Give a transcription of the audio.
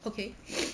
okay